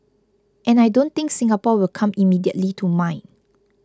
and I don't think Singapore will come immediately to mind